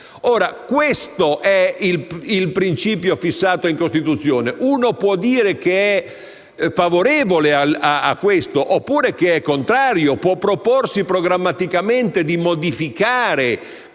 Questo è il principio fissato in Costituzione. Uno può essere favorevole a questo, oppure contrario, può proporsi, programmaticamente, di modificare